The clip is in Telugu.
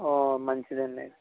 మంచిది అండి